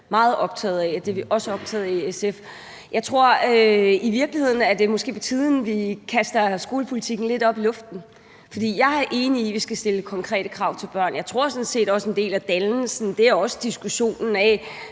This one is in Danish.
meget optaget af, og det er vi også optaget af i SF. Jeg tror i virkeligheden, at det måske er på tide at kaste skolepolitikken lidt op i luften. For jeg er enig i, at vi skal stille konkrete krav til børn, og jeg tror sådan set også, at en del af dannelsen er diskussionen af,